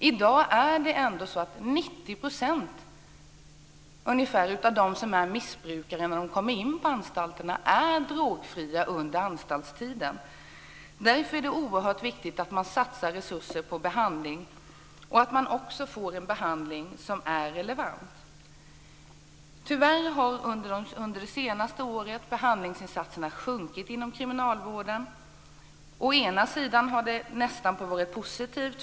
I dag är det ändå så att ungefär 90 % av dem som är missbrukare när de kommer in på anstalterna är drogfria under anstaltstiden. Därför är det oerhört viktigt att man satsar resurser på behandling och att det också blir en behandling som är relevant. Tyvärr har under det senaste året behandlingsinsatserna minskat inom kriminalvården. Å ena sidan har det nästan varit positivt.